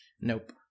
Nope